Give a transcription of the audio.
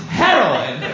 heroin